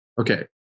Okay